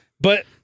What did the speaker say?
but-